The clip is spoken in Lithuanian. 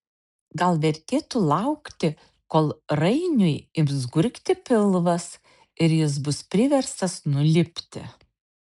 gal vertėtų laukti kol rainiui ims gurgti pilvas ir jis bus priverstas nulipti